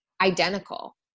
identical